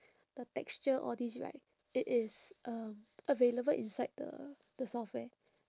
the texture all these right it is um available inside the the software